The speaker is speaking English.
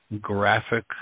graphic